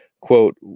quote